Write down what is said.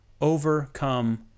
overcome